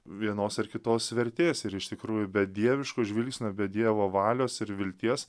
vienos ar kitos vertės ir iš tikrųjų bedieviško žvilgsnio be dievo valios ir vilties